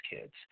kids